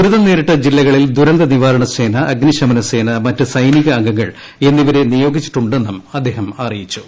ദുരിതം നേരിട്ട ജില്ലകളിൽ ദൂരന്തനിവാരണ സേന അഗ്നിശമന സേന മറ്റ് സൈനിക അംഗങ്ങൾ എന്നിവരെ നിയോഗിച്ചിട്ടുണ്ടെന്നും അദ്ദേഹം അറിയിച്ചു